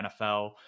nfl